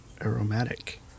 aromatic